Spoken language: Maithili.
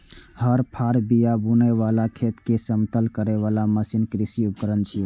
हर, फाड़, बिया बुनै बला, खेत कें समतल करै बला मशीन कृषि उपकरण छियै